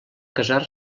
casar